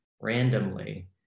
randomly